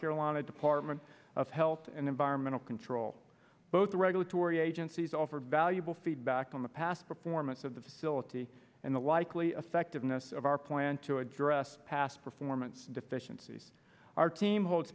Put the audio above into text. carolina department of health and environmental control both regulatory agencies offer valuable feedback on the past performance of the facility and the likely effect of innes of our plan to address past performance deficiencies our team ho